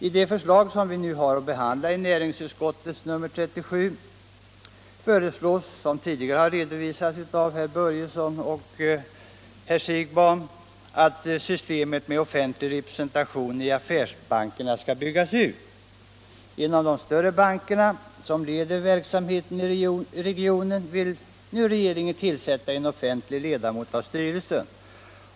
I det förslag, i näringsutskottets betänkande nr 37, som vi nu har att behandla föreslås, vilket tidigare redovisats av herr Börjesson i Glömminge och herr Siegbahn, att systemet med offentlig representation i affärsbankerna skall byggas ut. Inom de större bankerna i regionen vill nu regeringen tillsätta en offentlig ledamot av styrelsen.